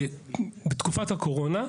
בתקופת הקורונה,